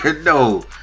No